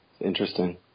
interesting